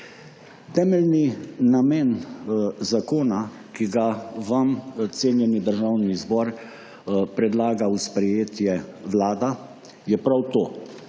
Temeljni namen zakona, ki ga vam, cenjeni Državni zbor, predlaga v sprejetje Vlada, je prav to.